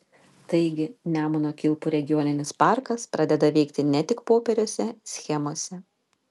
taigi nemuno kilpų regioninis parkas pradeda veikti ne tik popieriuose schemose